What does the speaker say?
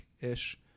ish